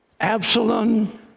Absalom